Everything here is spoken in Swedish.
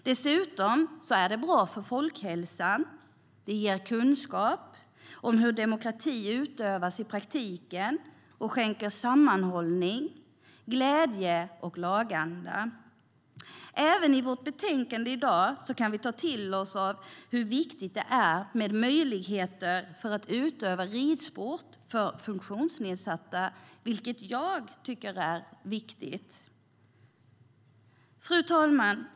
Dessutom är det bra för folkhälsan, ger kunskap om hur demokrati utövas i praktiken och skänker sammanhållning, glädje och laganda. Även i vårt betänkande i dag kan vi ta till oss av hur viktigt det är med möjligheter att utöva ridsport för funktionsnedsatta, vilket jag tycker är viktigt. Fru talman!